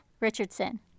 Richardson